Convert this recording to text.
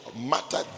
Matter